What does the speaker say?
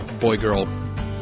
boy-girl